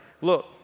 look